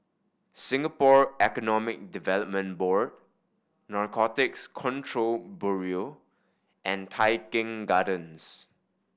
Singapore Economic Development Board Narcotics Control Bureau and Tai Keng Gardens